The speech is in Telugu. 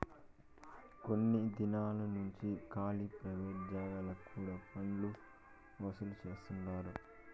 కొన్ని దినాలు నుంచి కాలీ ప్రైవేట్ జాగాలకు కూడా పన్నులు వసూలు చేస్తండారు